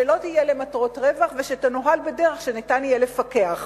שלא תהיה למטרות רווח ושתנוהל בדרך שאפשר יהיה לפקח עליה.